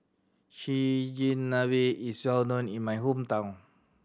Chigenabe is well known in my hometown